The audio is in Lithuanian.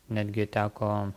netgi teko